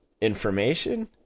information